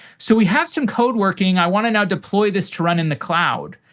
so we have some code working i want to now deploy this to run in the cloud.